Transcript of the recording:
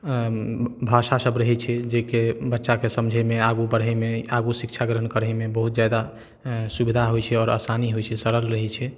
भाषा सभ रहैत छै जेकि बच्चाके समझैमे आगू बढ़ैमे आगू शिक्षा ग्रहण करैमे बहुत जादा सुविधा होइत छै आओर आसानी होइत छै सरल रहैत छै